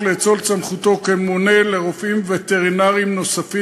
לאצול את סמכותו כממונה לרופאים וטרינרים נוספים